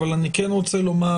אבל אני כן רוצה לומר